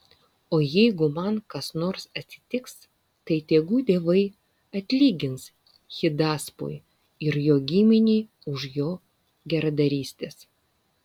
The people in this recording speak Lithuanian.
o jeigu man kas nors atsitiks tai tegu dievai atlygins hidaspui ir jo giminei už jo geradarystes